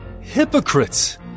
Hypocrites